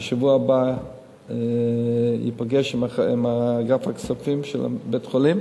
בשבוע הבא ייפגש עם אגף הכספים של בית-החולים